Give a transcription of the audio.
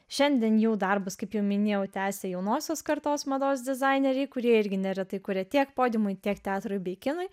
šiandien jų darbus kaip jau minėjau tęsia jaunosios kartos mados dizaineriai kurie irgi neretai kuria tiek podiumui tiek teatrui bei kinui